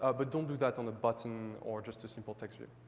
ah but don't do that on a button or just a simple text view.